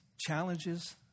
challenges